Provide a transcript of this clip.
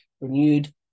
renewed